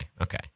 okay